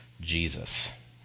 Jesus